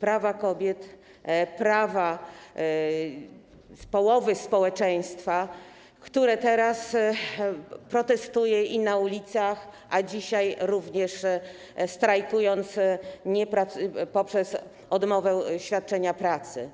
prawa kobiet, prawa połowy członków społeczeństwa, kobiet, które protestują na ulicach, a dzisiaj również strajkują poprzez odmowę świadczenia pracy.